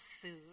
food